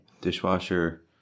dishwasher